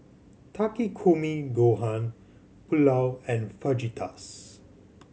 Takikomi Gohan Pulao and Fajitas